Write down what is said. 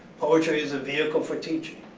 poetry is a vehicle for teaching.